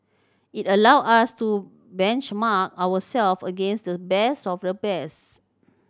it allowed us to benchmark ourselves against the best of the best